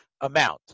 amount